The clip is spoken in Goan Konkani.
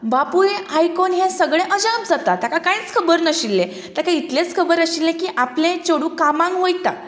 बापूय आयकून हें सगलें अजाप जाता ताका कांयच खबर नाशिल्लें ताका इतलेंच खबर आशिल्लें की आपलें चेडूं कामांक वयता पूण